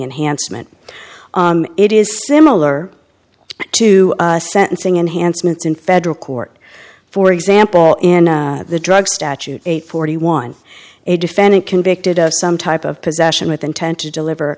enhancement it is similar to sentencing enhancements in federal court for example in the drug statute eight forty one a defendant convicted of some type of possession with intent to deliver a